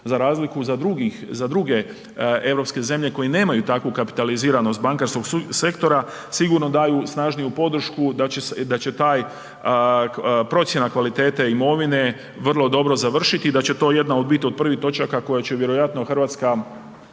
za razliku za druge europske zemlje koji nemaju takvu kapitaliziranost bankarskog sektora, sigurno daju snažniju podršku da će taj, procjena kvalitete imovine vrlo dobro završiti i da će to jedna od biti od prvih točaka koje će vjerojatno RH vrlo